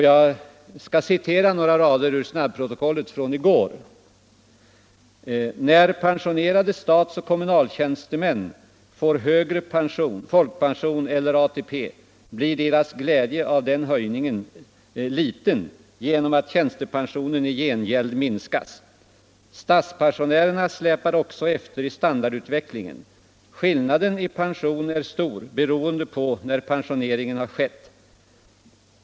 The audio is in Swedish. Jag citerar några rader ur snabbprotokollet från i går: ”När pensionerade statsoch kommunaltjänstemän får högre folkpension eller ATP blir deras glädje av den höjningen liten genom att tjänstepensionen i gengäld minskas. Statspensionärerna släpar också efter i standardutvecklingen. Skillnaden i pension är stor beroende på när pensioneringen har skett.